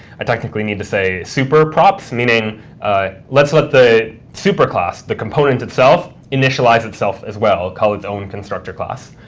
i technically need to say, super props, meaning let's let the superclass, the component itself, initialize itself as well, call it its own constructor class.